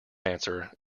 answer